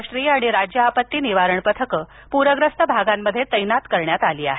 राष्ट्रीय आणि राज्य आपत्ती निवारण पथके प्रग्रस्त भागांमध्ये तैनात करण्यात आली आहेत